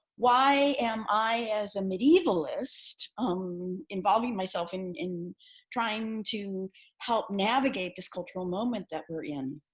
why am i as a medievalist um involving myself in in trying to help navigate this cultural moment that we're in,